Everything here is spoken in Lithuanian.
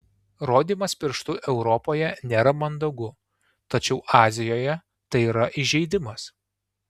rodymas pirštu europoje nėra mandagu tačiau azijoje tai yra įžeidimas